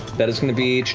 that is going to be